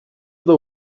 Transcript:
the